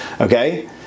okay